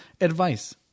Advice